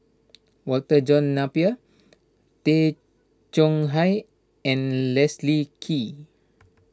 Walter John Napier Tay Chong Hai and Leslie Kee